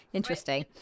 interesting